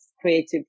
creative